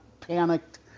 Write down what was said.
panicked